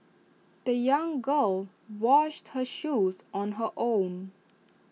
the young girl washed her shoes on her own